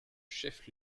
chef